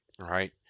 right